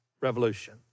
revolution